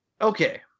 Okay